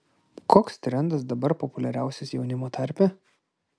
koks trendas dabar populiariausias jaunimo tarpe